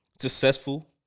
successful